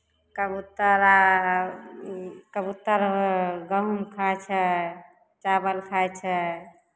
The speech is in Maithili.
कबूतर आ कबूतर गहुम खाइ छै चावल खाइ छै